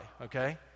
okay